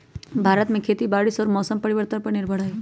भारत में खेती बारिश और मौसम परिवर्तन पर निर्भर हई